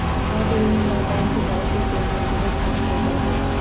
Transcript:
अब ऋण ला बैंक जाय के कोई जरुरत ना होबा हई